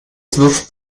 xbox